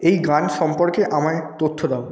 এই গান সম্পর্কে আমায় তথ্য দাও